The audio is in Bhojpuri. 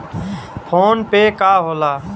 फोनपे का होला?